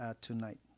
tonight